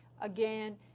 Again